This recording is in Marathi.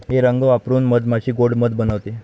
हे रंग वापरून मधमाशी गोड़ मध बनवते